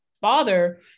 father